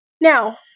Now